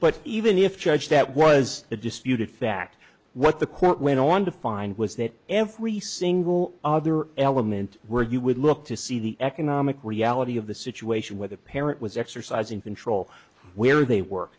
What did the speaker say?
but even if judge that was a disputed fact what the court went on to find was that every single other element where you would look to see the economic reality of the situation where the parent was exercising control where they work